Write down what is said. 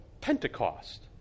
Pentecost